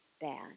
bad